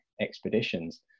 expeditions